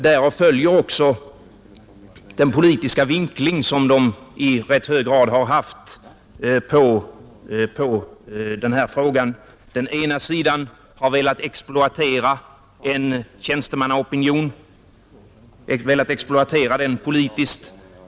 Därav följer också den politiska vinkling som de i rätt hög grad har haft på denna fråga. Den ena sidan har velat exploatera en tjänstemannaopinion politiskt.